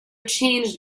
changed